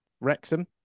Wrexham